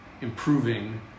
improving